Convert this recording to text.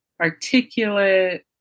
articulate